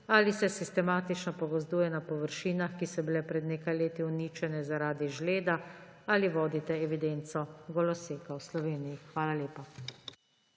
Ali se sistematično pogozduje na površinah, ki so bile pred nekaj letih uničene zaradi žleda? Ali vodite evidenco goloseka v Sloveniji? Hvala lepa.